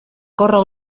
córrer